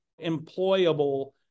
employable